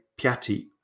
Piatti